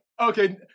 Okay